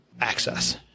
access